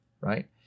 right